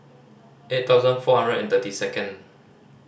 eight thousand four hundred and thirty second